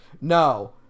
No